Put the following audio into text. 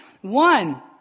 one